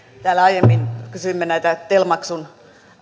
täällä aiemmin kysyimme näistä tel maksun